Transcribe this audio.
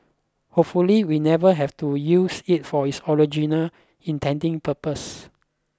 hopefully we never have to use it for its original intending purpose